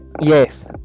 yes